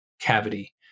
cavity